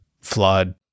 flood